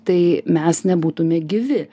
tai mes nebūtume gyvi